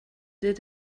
did